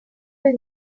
will